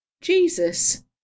Jesus